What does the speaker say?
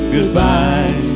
Goodbye